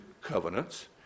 covenants